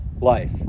life